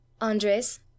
Andres